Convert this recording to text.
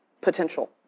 potential